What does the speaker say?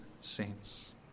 saints